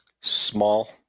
Small